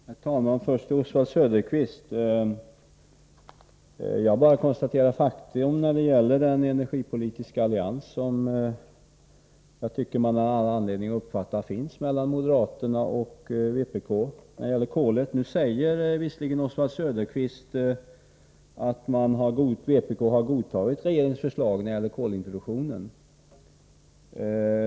Herr talman! Först till Oswald Söderqvist: Jag bara konstaterar faktum när det gäller den energipolitiska allians som jag tycker man har all anledning uppfatta finns mellan moderaterna och vpk när det gäller kolet. Nu säger visserligen Oswald Söderqvist att vpk har godtagit regeringens förslag när det gäller kolintroduktionen.